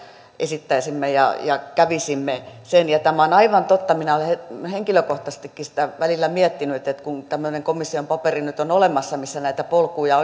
esittäisimme ja ja kävisimme sen tämä on aivan totta minä olen henkilökohtaisestikin sitä välillä miettinyt että että kun tämmöinen komission paperi nyt on olemassa missä näitä polkuja